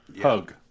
hug